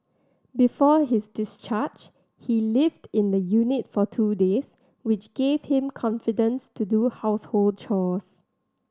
before his discharge he lived in the unit for two days which gave him confidence to do household chores